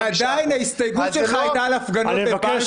ועדיין ההסתייגות שלך הייתה על ההפגנות בבלפור